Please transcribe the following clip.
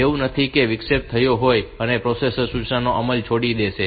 એવું નથી કે વિક્ષેપ થયો હોય અને પ્રોસેસર સૂચનાનો અમલ છોડી દેશે